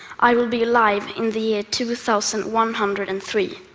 i will be alive in the year two thousand one hundred and three.